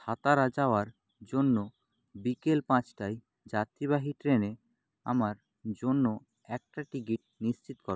হাতারা যাওয়ার জন্য বিকেল পাঁচটায় যাত্রীবাহী ট্রেনে আমার জন্য একটা টিকিট নিশ্চিত কর